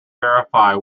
verify